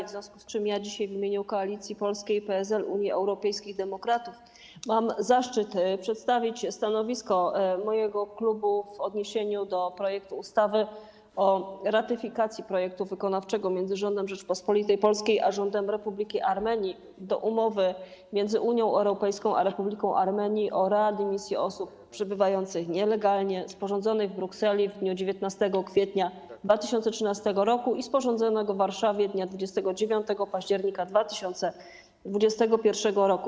W związku z tym dzisiaj w imieniu klubu Koalicji Polskiej - PSL, Unii Europejskich Demokratów mam zaszczyt przedstawić stanowisko w odniesieniu do projektu ustawy o ratyfikacji Protokołu Wykonawczego między Rządem Rzeczypospolitej Polskiej a Rządem Republiki Armenii do Umowy między Unią Europejską a Republiką Armenii o readmisji osób przebywających nielegalnie, sporządzonej w Brukseli dnia 19 kwietnia 2013 roku, sporządzonego w Warszawie dnia 29 października 2021 roku.